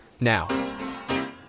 Now